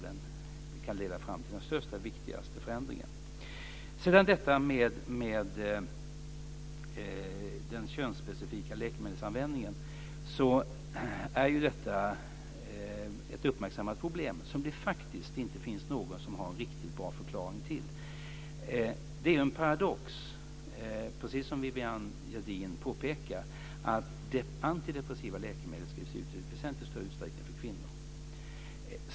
Det kan leda fram till den största och viktigaste förändringen. Sedan var det frågan om den könsspecifika läkemedelsanvändningen. Detta är ett uppmärksammat problem, som det faktiskt inte finns någon som har någon bra förklaring till. Det är en paradox, precis som Viviann Gerdin påpekade, att antidepressiva läkemedel skrivs ut i väsentligt större utsträckning för kvinnor.